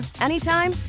anytime